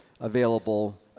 available